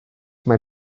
mae